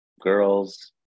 girls